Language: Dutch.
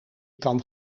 kan